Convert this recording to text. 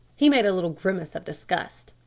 he made a little grimace of disgust.